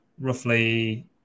roughly